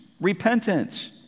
Repentance